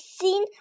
seen